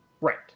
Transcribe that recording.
Right